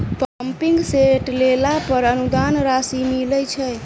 Pumping set लेला पर अनुदान राशि मिलय छैय?